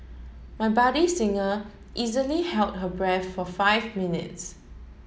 my budding singer easily held her breath for five minutes